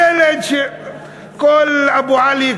ילד שכל "אבו עלי",